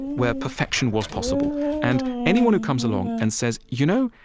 where perfection was possible and anyone who comes along and says, you know,